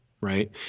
right